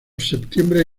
septiembre